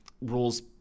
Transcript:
Rule's